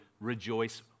rejoice